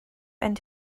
and